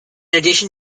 addition